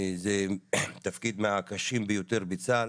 זה תפקיד מהקשים ביותר בצה"ל